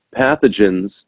pathogens